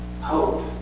Hope